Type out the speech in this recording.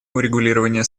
урегулирование